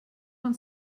von